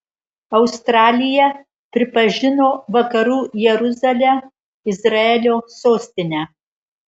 australija pripažino vakarų jeruzalę izraelio sostine